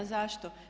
Zašto?